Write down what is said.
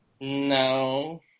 No